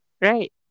Right